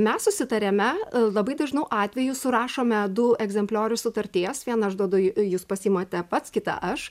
mes susitariame labai dažnu atveju surašome du egzempliorius sutarties vieną aš duodu ju jūs pasiimate pats kitą aš